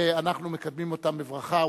אנחנו מקבלים אותם בברכה.